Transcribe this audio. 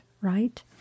right